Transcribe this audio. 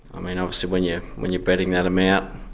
i mean, obviously when yeah when you're betting that amount